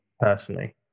personally